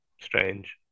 Strange